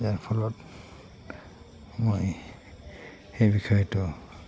যাৰ ফলত মই সেই বিষয়টো